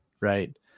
right